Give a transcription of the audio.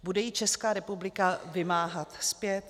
Bude ji Česká republika vymáhat zpět?